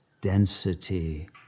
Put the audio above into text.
density